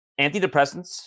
antidepressants